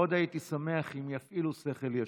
מאוד הייתי שמח אם יפעילו שכל ישר.